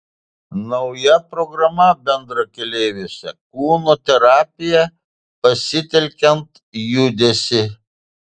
nauja programa bendrakeleiviuose kūno terapija pasitelkiant judesį